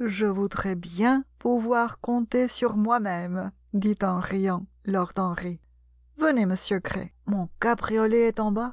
je voudrais bien pouvoir compter sur moi même dit en riant lord henry venez monsieur gray mon cabriolet est en bas